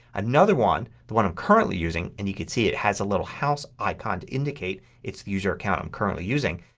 another one, the one i'm currently using and you could see it has a little house icon to indicate it's the user account i'm currently using,